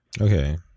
Okay